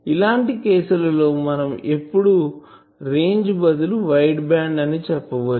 ఇలాంటి కేసులలో మనం ఎప్పుడు రేంజ్ బదులు వైడ్ బ్యాండ్ అని చెప్పచ్చు